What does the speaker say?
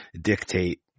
dictate